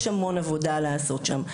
יש המון עבודה לעשות שם.